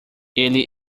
ele